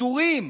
פיטורים